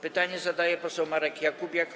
Pytanie zadaje poseł Marek Jakubiak.